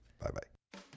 Bye-bye